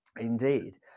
Indeed